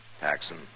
Paxson